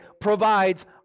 provides